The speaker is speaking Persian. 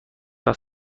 وقت